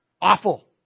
Awful